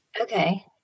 okay